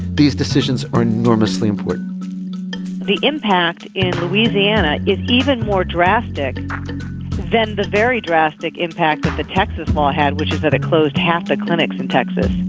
these decisions are enormously important the impact in louisiana is even more drastic than the very drastic impact of the texas law had which is that it closed half the clinics in texas